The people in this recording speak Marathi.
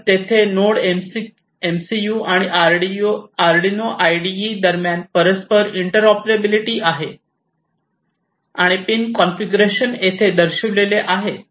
तर तेथे नोड एमसीयू आणि आर्डीनो आयडीई दरम्यान परस्पर इंटरऑपरेबिलिटि आहे आणि पिन कॉन्फिगरेशन येथे दर्शविलेले आहेत